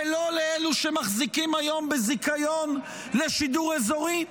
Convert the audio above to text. ולא לאלו שמחזיקים היום בזיכיון לשידור אזורי?